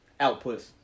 outputs